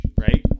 right